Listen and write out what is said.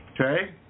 Okay